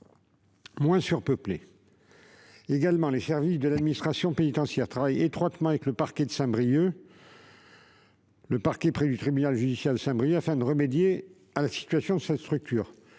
moins surpeuplés. Par ailleurs, les services de l'administration pénitentiaire travaillent étroitement avec le parquet près le tribunal judiciaire de Saint-Brieuc afin de remédier à la situation de cette structure.